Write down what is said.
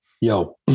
Yo